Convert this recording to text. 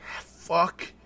Fuck